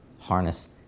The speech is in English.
harness